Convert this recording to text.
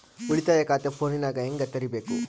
ಉಳಿತಾಯ ಖಾತೆ ಫೋನಿನಾಗ ಹೆಂಗ ತೆರಿಬೇಕು?